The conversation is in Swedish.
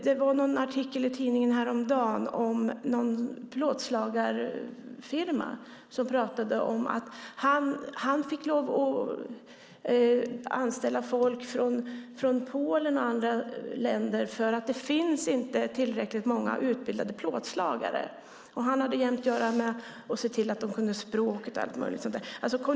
Det var någon artikel i tidningen häromdagen om någon på en plåtslagarfirma som pratade om att han fick lov att anställa folk från Polen och andra länder eftersom det inte finns tillräckligt många utbildade plåtslagare. Han fick se till att de kunde språket och allt möjligt sådant.